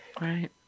Right